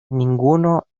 ninguno